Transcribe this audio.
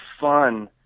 fun